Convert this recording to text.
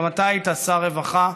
גם אתה היית שר רווחה,